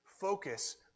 focus